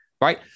Right